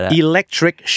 electric